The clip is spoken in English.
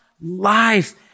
life